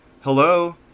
hello